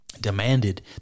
demanded